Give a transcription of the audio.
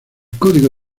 código